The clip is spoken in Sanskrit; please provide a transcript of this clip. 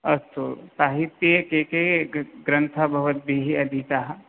अस्तु साहित्ये के के ग्रन्थाः भवद्भिः अधीताः